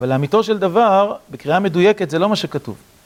אבל לאמיתו של דבר, בקריאה מדויקת, זה לא מה שכתוב.